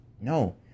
No